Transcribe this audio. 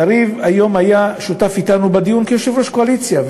יריב היה היום שותף אתנו בדיון כיושב-ראש הקואליציה.